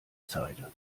zeile